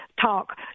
talk